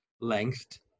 length